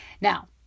Now